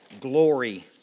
glory